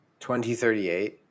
2038